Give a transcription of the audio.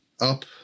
up